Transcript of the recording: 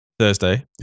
Thursday